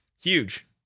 Huge